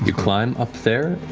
ah climb up there,